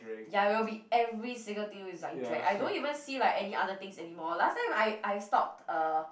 ya it will be every single thing with that is like drag I don't even see like any other things anymore last time when I I stalked uh